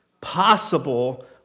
possible